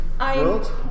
world